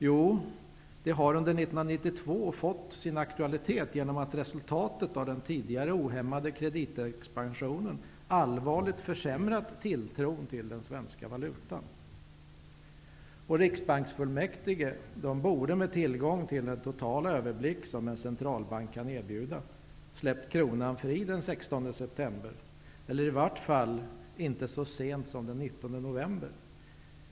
Jo, frågan har aktualiserats under 1992 då resultatet av den tidigare ohämmade kreditexpansionen allvarligt försämrat tilltron till den svenska valutan. Riksbanksfullmäktige borde med den möjlighet till total överblick som en central riksbank kan erbjuda ha släppt kronan fri den 16 september -- i varje fall inte så sent som den 19 november.